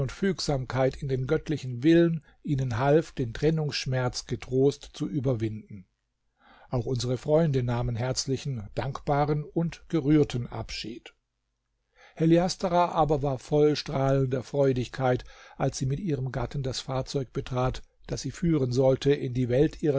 und fügsamkeit in den göttlichen willen ihnen half den trennungsschmerz getrost zu überwinden auch unsere freunde nahmen herzlichen dankbaren und gerührten abschied heliastra aber war voll strahlender freudigkeit als sie mit ihrem gatten das fahrzeug betrat das sie führen sollte in die welt ihrer